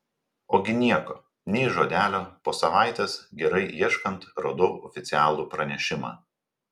ogi nieko nei žodelio po savaitės gerai ieškant radau oficialų pranešimą